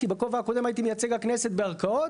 כי בכובע הקודם הייתי מייצג הכנסת בערכאות.